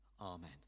Amen